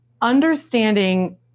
understanding